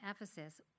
Ephesus